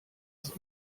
das